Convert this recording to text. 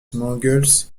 mangles